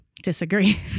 disagree